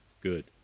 good